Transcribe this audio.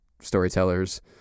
storytellers